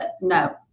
no